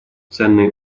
ценные